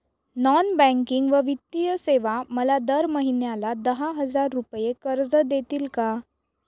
Non banking व वित्तीय सेवा मला दर महिन्याला दहा हजार रुपये कर्ज देतील का?